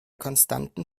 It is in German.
konstanten